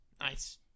Nice